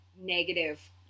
negative